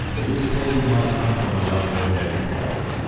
but these qualities might come from a well-motivated place.